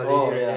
oh yeah